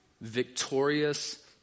victorious